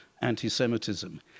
anti-Semitism